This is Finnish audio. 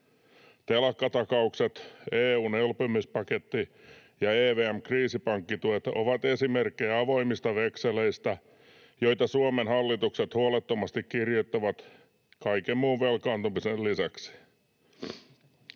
Telakkatakaukset, EU:n elpymispaketti ja EVM-kriisipankkituet ovat esimerkkejä avoimista vekseleistä, joita Suomen hallitukset huolettomasti kirjoittavat kaiken muun velkaantumisen lisäksi.